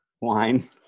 Wine